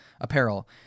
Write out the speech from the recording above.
apparel